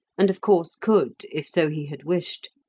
and, of course, could, if so he had wished,